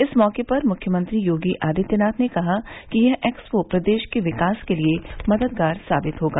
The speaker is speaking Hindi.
इस मौके पर मुख्यमंत्री योगी आदित्यनाथ ने कहा कि यह एक्सपो प्रदेश के विकास के लिए मददगार साबित होगा